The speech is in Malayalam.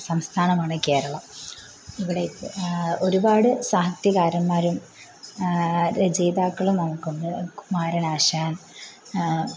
സംസ്ഥാനമാണ് കേരളം ഇവിടെ ഒരുപാട് സാഹിത്യകാരന്മാരും രചിയിതാക്കളും നമുക്കുണ്ട് കുമാരനാശാൻ